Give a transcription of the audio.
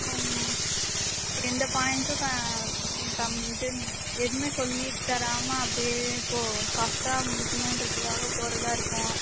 ம் எந்த பாயிண்ட்ஸும் நீங்கள் கம் இது எதுவுமே சொல்லித் தராம அப்படியே ஸோ ஃபாஸ்ட்டாக முடிக்கணுன்றதுக்காக போகிறதா இருக்கும்